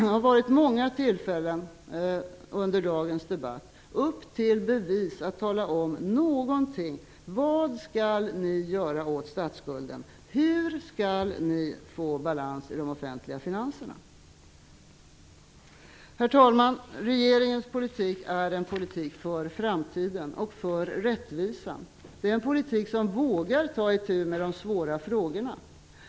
Det har funnits många tillfällen under dagens debatt att tala om vad ni skall göra åt statsskulden. Hur skall ni få balans i de offentliga finanserna? Herr talman! Regeringens politik är en politik för framtiden och för rättvisan. Det är en politik som vågar ta itu med de svåra frågorna.